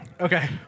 Okay